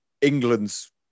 England's